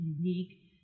unique